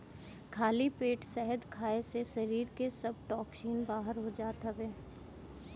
खाली पेट शहद खाए से शरीर के सब टोक्सिन बाहर हो जात हवे